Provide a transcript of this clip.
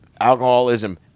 alcoholism